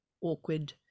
awkward